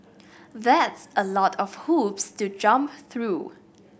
that's a lot of hoops to jump through